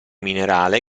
minerale